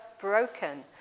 broken